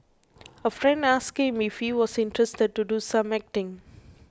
a friend asked him if he was interested to do some acting